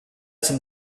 some